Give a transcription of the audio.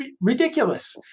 ridiculous